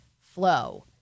flow